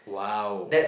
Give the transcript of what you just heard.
wow